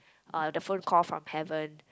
uh the phone call from heaven